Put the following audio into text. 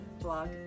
blog